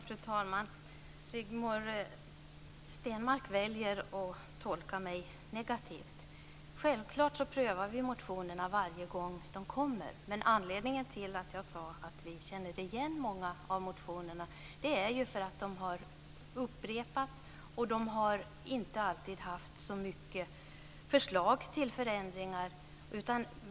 Fru talman! Rigmor Stenmark väljer att tolka mig negativt. Självklart prövar vi motionerna varje gång de väcks. Men anledningen till att jag sade att vi känner igen många av motionerna är för att de har upprepats och för att de inte alltid har innehållit förslag till förändringar.